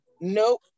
Nope